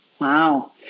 Wow